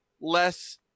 less